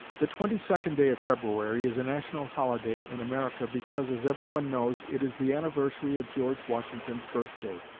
the twenty-second day of february is a national holiday in america because, as everybody knows, it is the anniversary of george washington's birthday.